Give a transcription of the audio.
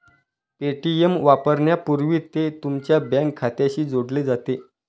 Paytm वापरण्यापूर्वी ते तुमच्या बँक खात्याशी जोडले जाते